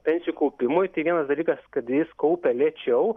pensijų kaupimui tai vienas dalykas kad jis kaupia lėčiau